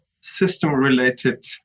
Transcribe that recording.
system-related